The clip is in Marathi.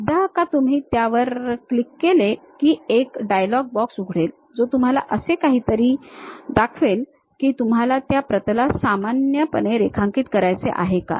एकदा का तुम्ही त्यावर एकदा क्लिक केले की एक एक डायलॉग बॉक्स उघडेल जो तुम्हाला असे काहीतरी दाखवेल की तुम्हाला त्या प्रतलास सामान्य रेखांकित करायचे आहे का